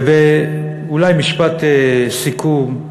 ואולי משפט סיכום.